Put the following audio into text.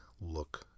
look